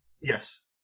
Yes